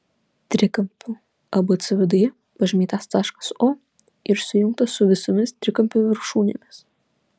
trikampio abc viduje pažymėtas taškas o ir sujungtas su visomis trikampio viršūnėmis